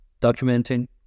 documenting